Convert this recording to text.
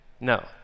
no